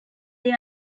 they